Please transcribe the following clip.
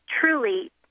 truly